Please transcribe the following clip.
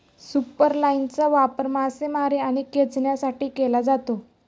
सुपरलाइनचा वापर मासेमारी आणि खेचण्यासाठी केला जातो